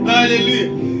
Hallelujah